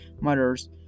matters